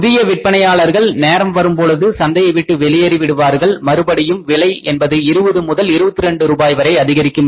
புதிய விற்பனையாளர்கள் நேரம் வரும் பொழுது சந்தையை விட்டு வெளியேறி விடுவார்கள் மறுபடியும் விலை என்பது 20 முதல் 22 ரூபாய் வரை அதிகரிக்கும்